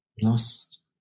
lost